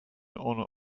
honor